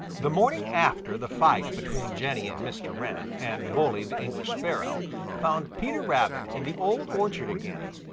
the morning after the fight between jenny and mr. wren and bully the english sparrow found peter rabbit in the old orchard again.